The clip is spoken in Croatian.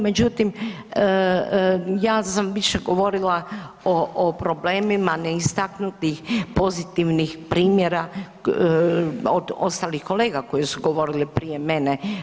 Međutim, ja sam više govorila o, o problemima neistaknutih pozitivnih primjera od ostalih kolega koji su govorili prije mene.